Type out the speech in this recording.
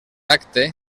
acte